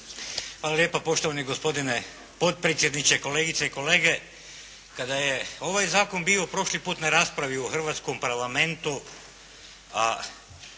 Hvala lijepa poštovani gospodine potpredsjedniče, kolegice i kolege. Kada je ovaj zakon bio prošli put na raspravi u Hrvatskom parlamentu,